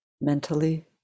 mentally